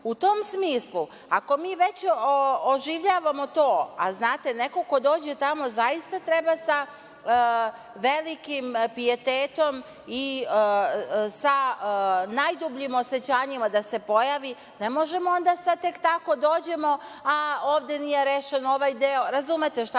tom smislu, ako mi već oživljavamo to, a znate neko ko dođe tamo zaista treba sa velikim pijetetom i sa najdubljim osećanjima da se pojavi, ne možemo onda sad tek tako da dođemo, a ovde nije rešen ovaj deo, razumete šta